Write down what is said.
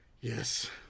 Yes